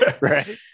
Right